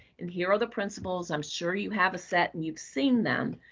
and here are the principles, i'm sure you have a set and you've seen them.